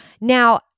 Now